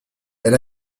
elle